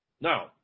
Now